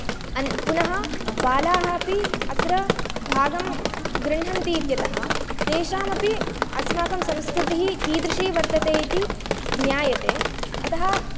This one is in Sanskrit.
पुनः बालाः अपि अत्र भागं गृह्णन्ति इत्यतः तेषामपि अस्माकं संस्कृतिः कीदृशी वर्तते इति ज्ञायते अतः